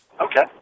Okay